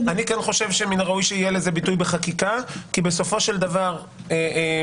אני כן חושב שחשוב שיהיה לזה ביטוי בחקיקה כי בסופו של דבר יכולות